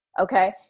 Okay